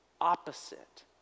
opposite